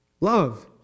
Love